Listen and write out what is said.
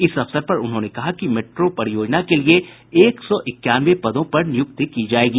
इस अवसर पर उन्होंने कहा कि मेट्रो परियोजना के लिये एक सौ इक्यानवे पदों पर नियुक्ति की जायेगी